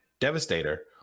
Devastator